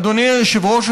אדוני היושב-ראש,